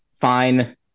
fine